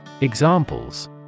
Examples